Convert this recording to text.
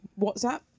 WhatsApp